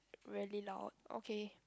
really loud okay